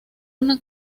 una